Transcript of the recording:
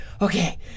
okay